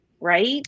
Right